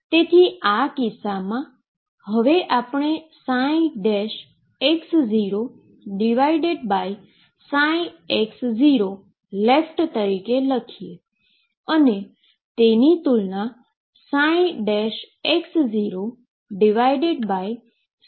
તેથી આ કિસ્સામાં હવે આપણે x0x0|left લખીએ અને તેની તુલના x0x0|rightદ્વારા કરીએ